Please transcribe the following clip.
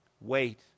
wait